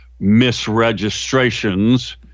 misregistrations